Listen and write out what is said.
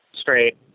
straight